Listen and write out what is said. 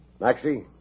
Maxie